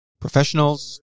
professionals